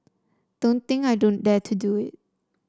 don't think I don't dare to do it